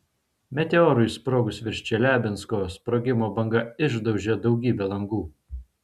meteorui sprogus virš čeliabinsko sprogimo banga išdaužė daugybę langų